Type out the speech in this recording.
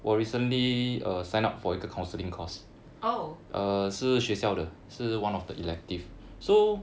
oh